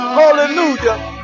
hallelujah